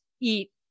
eat